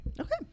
Okay